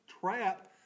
trap